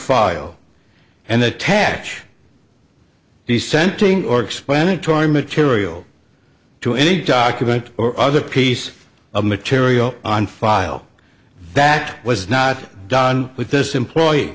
file and attach the scenting or explanatory material to any document or other piece of material on file that was not done with this employee